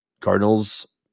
Cardinals